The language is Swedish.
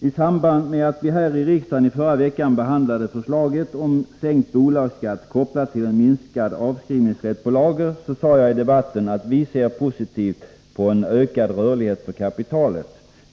I samband med att vi här i riksdagen i förra veckan behandlade förslaget om sänkt bolagsskatt kopplat till minskad avskrivningsrätt på lager sade jag i debatten att vi ser positivt på en ökad rörlighet för kapitalet.